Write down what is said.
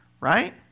right